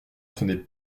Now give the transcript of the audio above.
sonnait